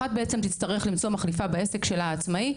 אחת מהן תצטרך למצוא מחליפה בעסק העצמאי שלה,